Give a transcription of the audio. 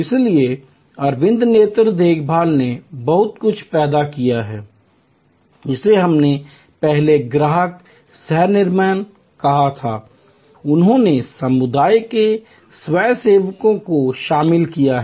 इसलिए अरविंद नेत्र देखभाल ने बहुत कुछ पैदा किया है जिसे हमने पहले ग्राहक सह निर्माण कहा था उन्होंने समुदाय के स्वयंसेवकों को शामिल किया है